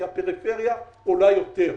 כי הפריפריה עולה יותר.